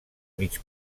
mig